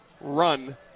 run